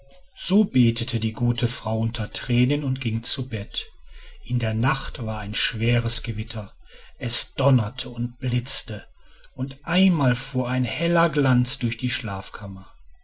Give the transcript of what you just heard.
so betete die gute frau unter tränen und ging zu bett in der nacht war ein schweres gewitter es donnerte und blitzte und einmal fuhr ein heller glanz durch die schlafkammer